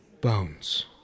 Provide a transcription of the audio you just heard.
Bones